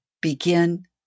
Begin